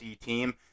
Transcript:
team